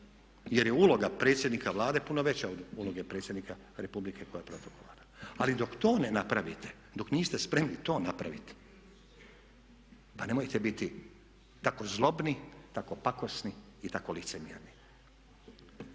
jer je uloga predsjednika Vlade puno veća od uloge predsjednika Republike koja je protokolarna. Ali dok tone napravite, dok niste spremni to napraviti pa nemojte biti tako zlobni, tako pakosni i tako licemjerni.